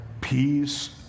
peace